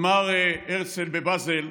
אמר הרצל בבאזל: